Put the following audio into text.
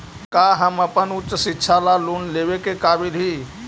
का हम अपन उच्च शिक्षा ला लोन लेवे के काबिल ही?